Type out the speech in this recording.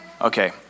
Okay